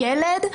ילד,